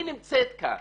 היא נמצאת כאן.